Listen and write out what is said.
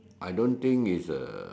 I don't think it's A